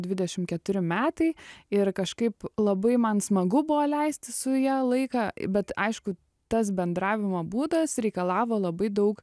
dvidešim keturi metai ir kažkaip labai man smagu buvo leisti su ja laiką bet aišku tas bendravimo būdas reikalavo labai daug